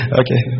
okay